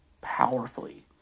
powerfully